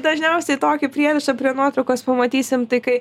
dažniausiai tokį prierašą prie nuotraukos pamatysim tai kai